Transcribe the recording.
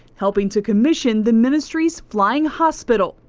helping to commission the ministry's flying hospital.